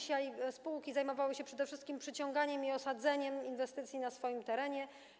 Spółki zajmowały się przede wszystkim przyciąganiem i osadzeniem inwestycji na swoim terenie.